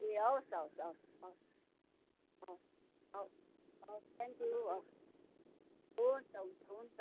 ए हवस् हवस् हवस् हवस् हवस् हवस् हवस् थ्याङ्कयू हवस् हुन्छ हुन्छ हुन्छ